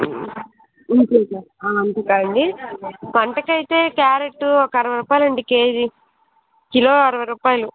ఇంట్లోకా వంటకాండి వంటకి అయితే క్యారెట్టు ఒక అరవై రుపాయలండి కేజి కిలో అరవై రుపాయలు